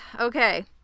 Okay